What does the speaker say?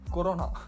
Corona